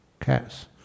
Cats